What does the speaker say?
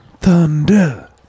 Thunder